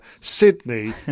Sydney